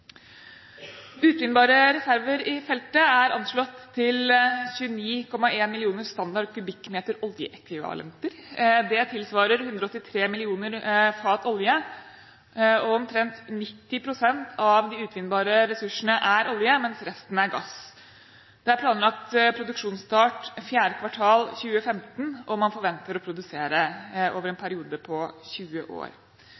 Utvinnbare reserver i feltet er anslått til 29,1 millioner standard kubikkmeter oljeekvivalenter. Det tilsvarer 183 millioner fat oljeekvivalenter. Omtrent 90 pst. av de utvinnbare ressursene er olje, mens resten er gass. Det er planlagt produksjonsstart 4. kvartal 2015, og man forventer å produsere over en